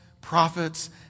prophets